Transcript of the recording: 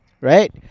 Right